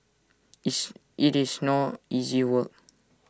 it's IT is no easy work